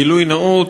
גילוי נאות,